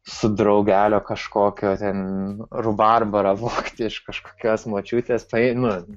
su draugelio kažkokio ten rubarbarą vogti iš kažkokios močiutės tai nu